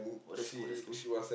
oh that's cool that's cool